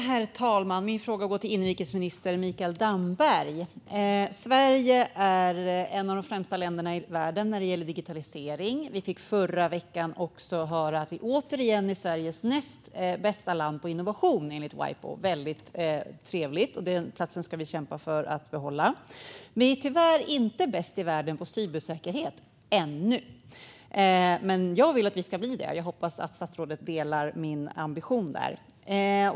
Herr talman! Min fråga går till inrikesminister Mikael Damberg. Sverige är ett av de främsta länderna i världen när det gäller digitalisering. Vi fick i förra veckan också höra att vi återigen är världens näst bästa land när det gäller innovation, enligt Wipo - väldigt trevligt! Den platsen ska vi kämpa för att behålla. Vi är tyvärr inte bäst i världen på cybersäkerhet - ännu. Men jag vill att vi ska bli det, och jag hoppas att statsrådet delar min ambition.